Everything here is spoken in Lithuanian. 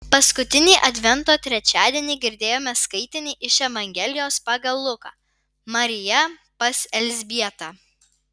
paskutinį advento trečiadienį girdėjome skaitinį iš evangelijos pagal luką marija pas elzbietą